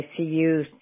ICU